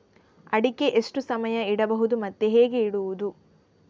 ಅಡಿಕೆ ಎಷ್ಟು ಸಮಯ ಇಡಬಹುದು ಮತ್ತೆ ಹೇಗೆ ಇಡುವುದು?